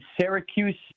Syracuse